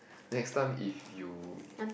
next time if you